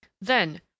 Then